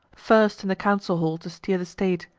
first in the council hall to steer the state,